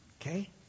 okay